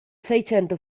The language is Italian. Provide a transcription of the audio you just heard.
seicento